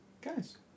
guys